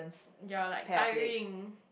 you're like tiring